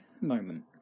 moment